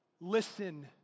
Listen